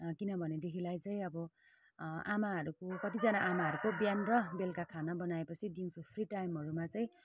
किनभनेदेखिलाई चाहिँ अब आमाहरूको कतिजना आमाहरूको बिहान र बेलुका खाना बनाएपछि दिउँसो फ्री टाइमहरूमा चाहिँ